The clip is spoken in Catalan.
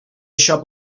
això